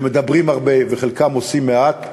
שמדברים הרבה וחלקם עושים מעט.